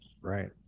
right